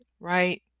Right